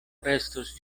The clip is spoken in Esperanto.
restos